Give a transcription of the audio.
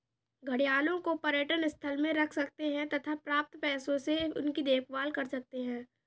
घड़ियालों को पर्यटन स्थल में रख सकते हैं तथा प्राप्त पैसों से उनकी देखभाल कर सकते है